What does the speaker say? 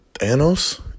Thanos